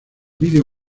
video